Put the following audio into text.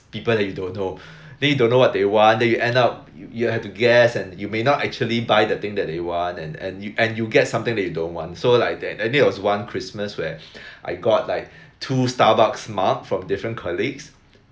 people that don't know then you don't know what they want then you end up you you have to guess and you may not actually buy the thing that they want and and you and you get something that you don't want so like that and then there was one christmas where I got like two starbucks mug from different colleagues